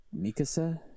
Mikasa